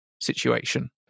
situation